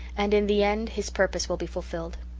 and in the end his purpose will be fulfilled.